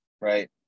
right